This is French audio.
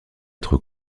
être